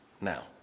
Now